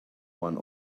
one